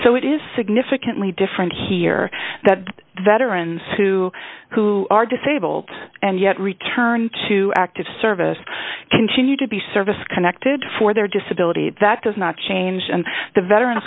so it is significantly different here that veterans who who are disabled and yet return to active service continue to be service connected for their disability that does not change and the veteran